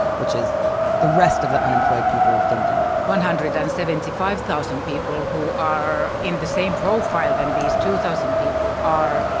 which is the rest of the unemployed people of finland. one hundred and seventy five thousand people who are in the same profile than these two thousand people are,